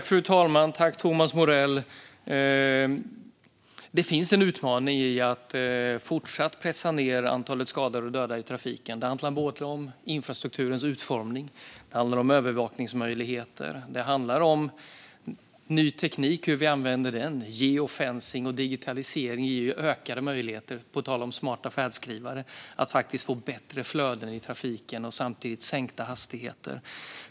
Fru talman! Jag tackar Thomas Morell för detta. Det finns en utmaning i att fortsatt pressa ned antalet skadade och döda i trafiken. Det handlar om infrastrukturens utformning, övervakningsmöjligheter och ny teknik och hur vi använder den. Geofencing och digitalisering ger ökade möjligheter, på tal om smarta färdskrivare, att faktiskt få bättre flöden i trafiken och samtidigt sänkta hastigheter.